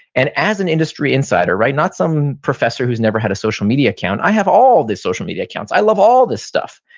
and as an industry insider, not some professor who has never had a social media account, i have all the social media accounts. i love all this stuff.